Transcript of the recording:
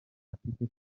afite